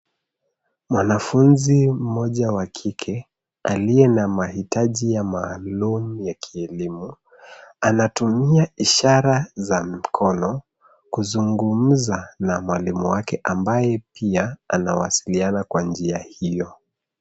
Mwanafunzi mmoja wa kike aliye na mahitaji maalum ya kielimu, anatumia ishara za mkono, kuzungumza na mwalimu wake ambaye pia anawasiliana kwa njia hiyo.